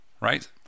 right